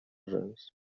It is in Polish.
rzęsy